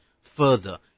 further